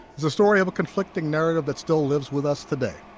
is a story of a conflicting narrative that still lives with us today